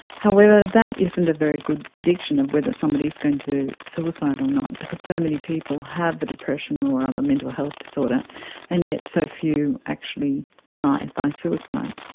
however, that isn't a very good prediction of whether somebody is going to suicide or not, because so many people have the depression or other mental health disorder and yet so few actually died by suicide.